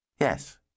Yes